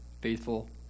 Faithful